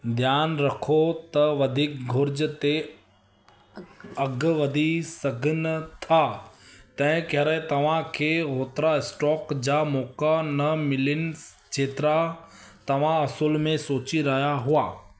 ध्यानु रखो त वधीक घुर्ज ते अघु वधी सघनि था तंहिं करे तव्हां खे ओतिरा स्टॉक जा मौक़ा न मिलनि जेतिरा तव्हां असुल में सोचे रहिया हुआ